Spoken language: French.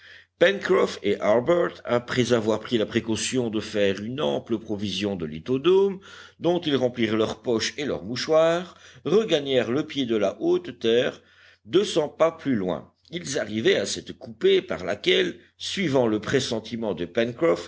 et harbert après avoir pris la précaution de faire une ample provision de lithodomes dont ils remplirent leurs poches et leurs mouchoirs regagnèrent le pied de la haute terre deux cents pas plus loin ils arrivaient à cette coupée par laquelle suivant le pressentiment de